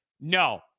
no